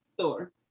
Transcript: Thor